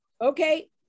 Okay